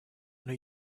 new